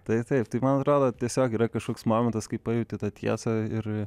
tai taip tai man atrodo tiesiog yra kažkoks momentas kai pajunti tą tiesą ir